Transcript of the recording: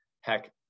Heck